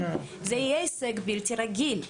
זה יהיה הישג בלתי רגיל.